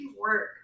work